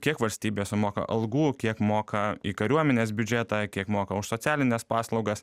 kiek valstybė sumoka algų kiek moka į kariuomenės biudžetą kiek moka už socialines paslaugas